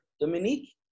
Dominique